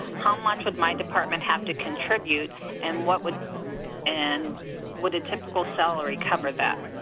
how much would my department have to contribute and what would and would a typical salary cover that?